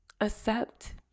accept